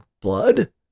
blood